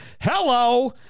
hello